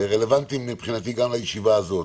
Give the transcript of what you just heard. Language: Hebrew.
מבחינתי הם רלוונטיים גם לישיבה הזאת.